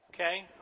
Okay